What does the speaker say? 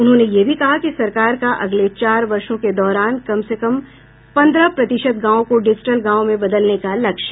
उन्होंने यह भी कहा कि सरकार का अगले चार वर्षों के दौरान कम से कम पन्द्रह प्रतिशत गांवों को डिजिटल गांव में बदलने का लक्ष्य है